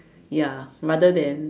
ya rather than